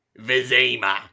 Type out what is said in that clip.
Vizima